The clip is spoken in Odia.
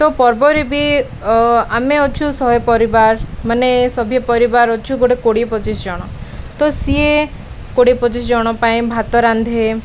ତ ପର୍ବରେ ବି ଆମେ ଅଛୁ ଶହେ ପରିବାର ମାନେ ସଭିଏ ପରିବାର ଅଛୁ ଗୋଟେ କୋଡ଼ିଏ ପଚିଶ ଜଣ ତ ସିଏ କୋଡ଼ିଏ ପଚିଶ ଜଣ ପାଇଁ ଭାତ ରାନ୍ଧେ